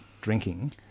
drinking